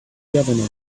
governor